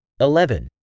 eleven